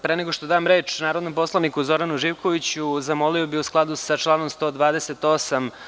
Pre nego što dam reč narodnom poslaniku Zoranu Živkoviću, zamolio bih, u skladu sa članom 138.